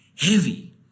heavy